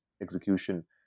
execution